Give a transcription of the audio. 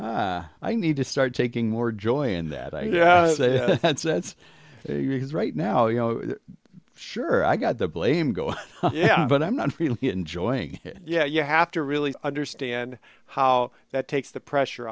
kid i need to start taking more joy in that i yeah that's because right now you know sure i got the blame go yeah but i'm not really enjoying it yeah you have to really understand how that takes the pressure